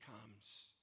comes